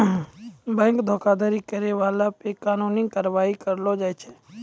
bank धोखाधड़ी करै बाला पे कानूनी कारबाइ करलो जाय छै